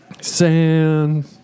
sand